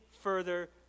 further